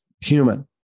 human